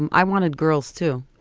and i wanted girls to